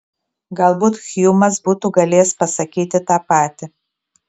galbūt hjumas būtų galėjęs pasakyti tą patį